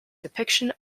depiction